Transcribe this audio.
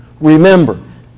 Remember